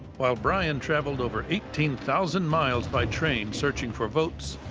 while bryan traveled over eighteen thousand miles by train searching for votes,